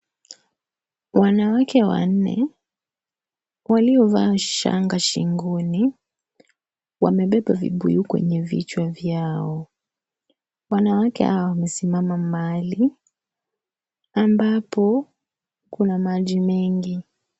Wanawake wanne, waliovaa shanga shingoni, wamebeba vibuyu kwenye vichwa vyao. Wanawake hawa wamesimama mahali ambapo kuna maji mengi.